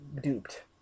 duped